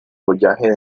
follaje